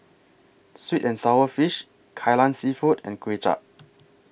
Sweet and Sour Fish Kai Lan Seafood and Kuay Chap